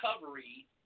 recovery